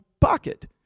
pocket